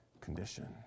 condition